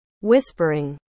Whispering